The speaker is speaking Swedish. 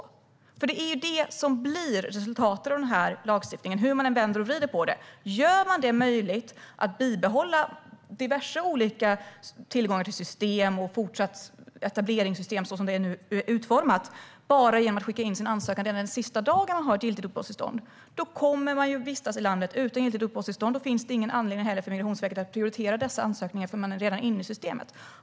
Det är ju det som blir resultatet av den här lagstiftningen, hur man än vänder och vrider på det. Gör man det möjligt för sökande att behålla tillgången till diverse olika välfärdssystem och etableringssystem så som det nu är utformat bara genom att skicka in sin ansökan den sista dagen uppehållstillståndet är giltigt kommer den sökande att vistas i landet utan giltigt uppehållstillstånd. Då finns det heller ingen anledning för Migrationsverket att prioritera dessa ansökningar eftersom de sökande redan är inne i systemet.